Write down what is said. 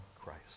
Christ